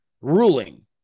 ruling